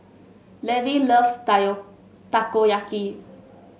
Levi loves Takoyaki